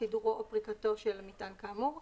סידורו או פריקתו של מטען כאמור,